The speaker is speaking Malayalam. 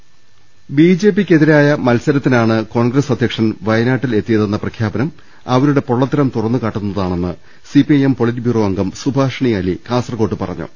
് ബി ജെ പിക്കെതിരായ മത്സരത്തിനാണ് കോൺഗ്രസ് അധ്യക്ഷൻ വയനാട്ടിലെത്തിയതെന്ന പ്രഖ്യാപനം അവരുടെ പൊള്ളത്തരം തുറന്നുകാട്ടു ന്നതാണെന്ന് C P I M polit bureau അംഗം സുഭാഷിണി അലി കാസർക്കോട്ട് പറഞ്ഞു